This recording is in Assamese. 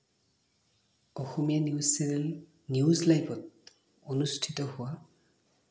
অসমীয়া নিউজ চেনেল নিউজ লাইভত অনুস্থিত হোৱা